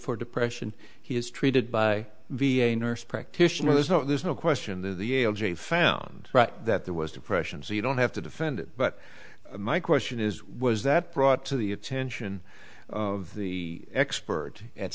for depression he is treated by v a nurse practitioner there's no there's no question that the found that there was depression so you don't have to defend it but my question is was that brought to the attention of the expert at